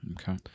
Okay